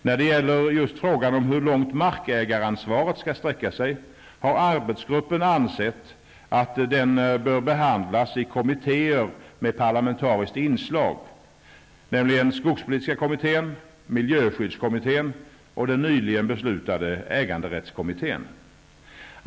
När det gäller just frågan om hur långt markägaransvaret skall sträcka sig har arbetsgruppen ansett att den bör behandlas i kommittéer med parlamentariskt inslag, nämligen skogspolitiska kommittén, miljöskyddskommittén och den nyligen beslutade äganderättskommittén.